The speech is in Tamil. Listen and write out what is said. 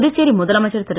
புதுச்சேரி முதலமைச்சர் திரு